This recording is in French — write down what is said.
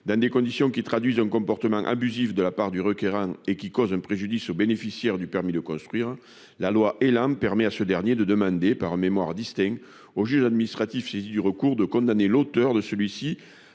dans des conditions qui traduisent un comportement abusif de la part du requérant et qui causent un préjudice au bénéficiaire du permis de construire, la loi Élan permet à ce dernier de demander, par un mémoire distinct, au juge administratif saisi du recours de condamner l'auteur de celui-ci